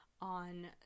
on